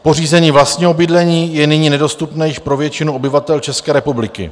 Pořízení vlastního bydlení je nyní nedostupné již pro většinu obyvatel České republiky.